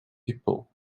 people